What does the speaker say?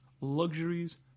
luxuries